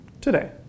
today